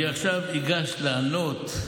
עכשיו אגש לענות.